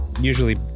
usually